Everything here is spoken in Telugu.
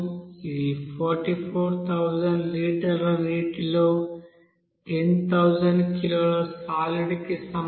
ఇది 440000 లీటర్ల నీటిలో 10000 కిలోల సాలిడ్ కి సమానం